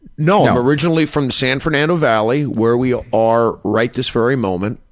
no, originally from the san fernando valley, where we are right this very moment.